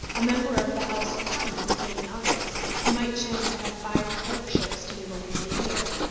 a member of the house of commons, holding office, who might chance to have five clerkships to give away in a year,